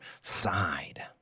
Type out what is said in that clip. side